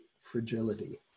fragility